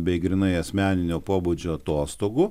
bei grynai asmeninio pobūdžio atostogų